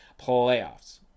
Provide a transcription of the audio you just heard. playoffs